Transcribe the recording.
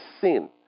sin